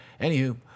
Anywho